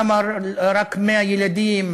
למה רק 100 ילדים,